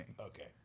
Okay